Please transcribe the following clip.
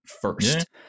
first